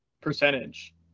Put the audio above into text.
percentage